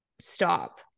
stop